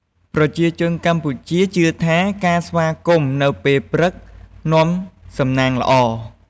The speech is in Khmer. ប្រជាជនកម្ពុជាជឿថា ការស្វាគមន៍នៅពេលព្រឹក នាំសំណាងល្អ។